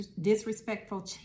disrespectful